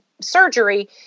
surgery